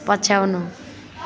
पछ्याउनु